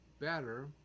better